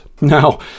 Now